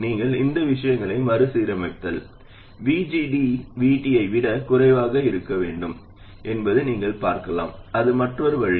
நீங்கள் இந்த விஷயங்களை மறுசீரமைத்தால் VGD VT ஐ விட குறைவாக இருக்க வேண்டும் என்பதை நீங்கள் பார்க்கலாம் அது மற்றொரு வழி